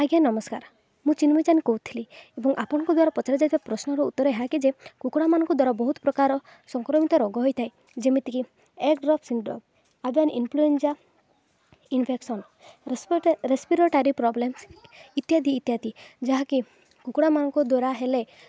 ଆଜ୍ଞା ନମସ୍କାର ମୁଁ ଚିନ୍ମୟ କହୁଥିଲି ଏବଂ ଆପଣଙ୍କ ଦ୍ୱାରା ପଚାର ଯାଇଥିବା ପ୍ରଶ୍ନର ଉତ୍ତର ଏହାକି ଯେ କୁକୁଡ଼ାମାନଙ୍କ ଦ୍ୱାରା ବହୁତ ପ୍ରକାର ସଂକ୍ରମିତ ରୋଗ ହୋଇଥାଏ ଯେମିତିକି egg drop syndrome avian influenza infection respiratory problem ଇତ୍ୟାଦି ଇତ୍ୟାଦି ଯାହାକି କୁକୁଡ଼ାମାନଙ୍କ ଦ୍ୱାରା ହେଲେ